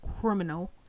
criminal